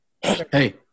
Hey